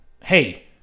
hey